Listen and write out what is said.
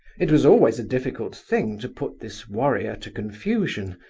it was always a difficult thing to put this warrior to confusion,